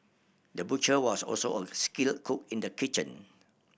the butcher was also a skilled cook in the kitchen